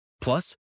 Plus